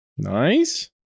nice